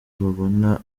babona